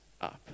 up